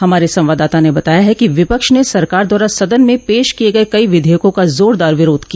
हमारे संवाददाता ने बताया है कि विपक्ष ने सरकार द्वारा सदन में पेश किए गए कइ विधेयकों का जोरदार विरोध किया